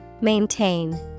Maintain